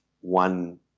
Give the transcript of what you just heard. one